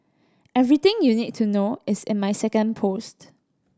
everything you need to know is in my second post